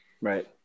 Right